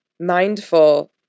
mindful